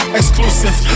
exclusive